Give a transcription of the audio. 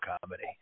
comedy